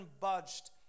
budged